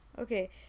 Okay